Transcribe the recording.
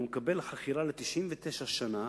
והוא מקבל חכירה ל-99 שנה,